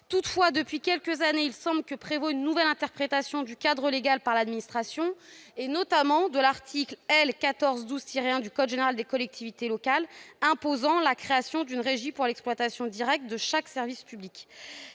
Toutefois, depuis quelques années, il semble que prévaut une nouvelle interprétation du cadre légal par l'administration, notamment de l'article L. 1412-1 du code général des collectivités territoriales imposant la création d'une régie pour l'exploitation directe de chaque service public.